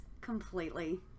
Completely